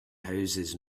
houses